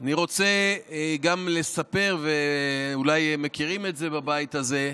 אני רוצה גם לספר, ואולי מכירים את זה בבית הזה,